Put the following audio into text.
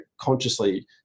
consciously